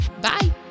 Bye